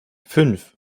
fünf